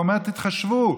ואומר: תתחשבו.